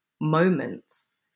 moments